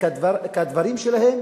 וכדברים שלהם